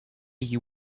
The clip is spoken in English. you